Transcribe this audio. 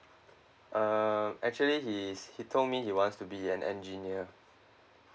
uh actually he's he told me he wants to be an engineer